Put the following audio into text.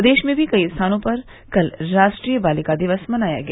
प्रदेश में भी कई स्थानों कल राष्ट्रीय बालिका दिवस मनाया गया